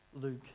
Luke